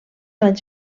anys